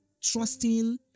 trusting